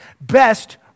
best